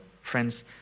friends